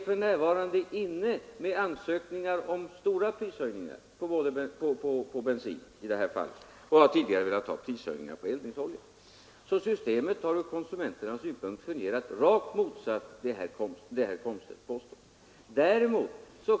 För närvarande ligger de inne med ansökningar om stora prishöjningar på bensin, och de har tidigare velat ha prishöjningar på eldningsolja. Systemet har alltså ur konsumenternas synpunkt fungerat rakt motsatt vad herr Komstedt påstår.